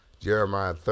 Jeremiah